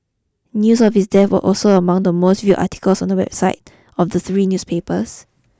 news of his death was also among the most viewed articles on the websites of the three newspapers